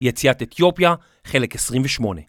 יציאת אתיופיה, חלק 28